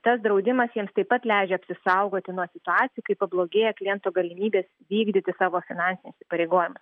tas draudimas jiems taip pat leidžia apsisaugoti nuo situacijų kai pablogėja kliento galimybės vykdyti savo finansinius įpareigojimus